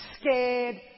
scared